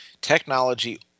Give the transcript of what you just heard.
technology